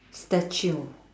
statue